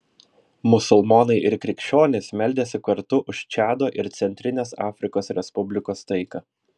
musulmonai ir krikščionys meldėsi kartu už čado ir centrinės afrikos respublikos taiką